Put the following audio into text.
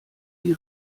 die